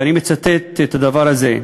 ואני מצטט את הדבר הזה.